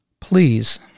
Please